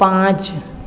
पाँच